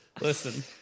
Listen